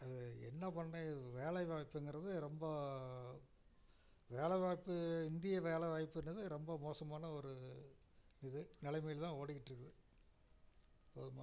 அது என்ன பண்ண வேலைவாய்ப்புங்கிறது ரொம்ப வேலைவாய்ப்பு இந்திய வேலைவாய்ப்புனது ரொம்ப மோசமான ஒரு இது நிலைமைல தான் ஓடிக்கிட்டுருக்கு போதுமா